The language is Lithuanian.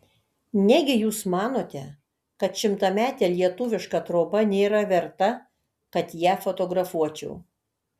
negi jūs manote kad šimtametė lietuviška troba nėra verta kad ją fotografuočiau